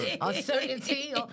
uncertainty